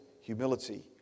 humility